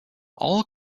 all